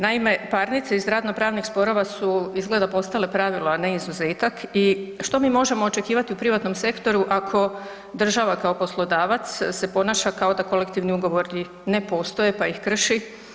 Naime, parnice iz radno-pravnih sporova su izgleda postale pravilo, a ne izuzetak i što mi možemo očekivati u privatnom sektoru ako država kao poslodavac se ponaša kao da kolektivni ugovori ne postoje pa ih krši.